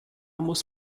muss